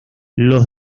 los